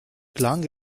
klang